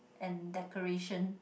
and decoration